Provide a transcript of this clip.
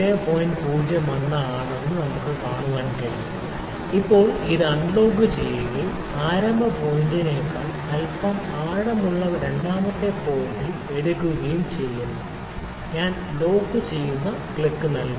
01 ആണെന്ന് നമുക്ക് കാണാൻ കഴിയും ഇപ്പോൾ ഞാൻ ഇത് അൺലോക്കുചെയ്യുകയും ആരംഭ പോയിന്റിനേക്കാൾ അല്പം ആഴമുള്ള രണ്ടാമത്തെ പോയിന്റിൽ എടുക്കുകയും ചെയ്യട്ടെ ഞാൻ ലോക്ക് ചെയ്യുന്ന ക്ലിക്ക് നൽകാം